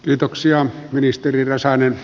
kiitoksia ministeri räsänen